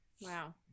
Wow